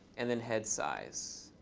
and then head size.